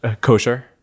kosher